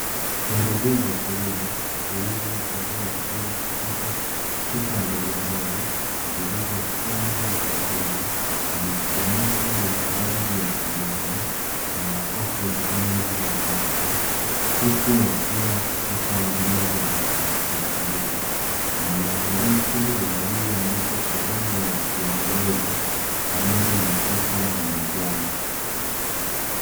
Pembejeo za kilimo zilivyohifadhiwa vizuri katika chupa ndogondogo zilizofungwa vizuri, kwa mifuniko yenye rangi ya kijani na makopo yenye rangi nyeupe, huku yakiwa katika ujazo tofautitofauti na maandishi yaliyoandikwa kwa lugha ya kiingereza pamoja na picha ya mazao.